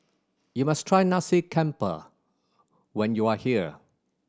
you must try Nasi Campur when you are here